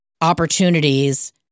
opportunities